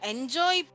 Enjoy